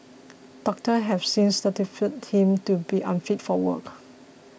doctors have since certified him to be unfit for work